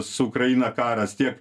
su ukraina karas tiek